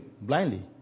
blindly